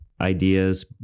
ideas